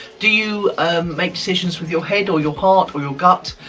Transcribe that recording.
do you make decisions with your head or your heart or your gut?